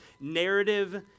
narrative